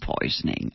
poisoning